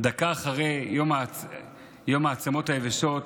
דקה אחרי העצמות היבשות